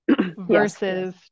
versus